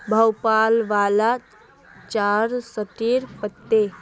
भोपाल वाला चाचार सॉरेल पत्ते